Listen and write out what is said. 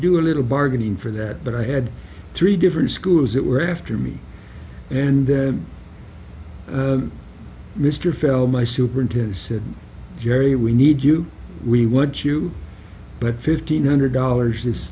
do a little bargaining for that but i had three different schools that were after me and then mr fell my superintendent said jerry we need you we want you but fifteen hundred dollars is